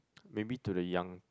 maybe to the young